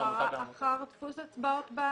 זכות הצבעות.